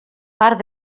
part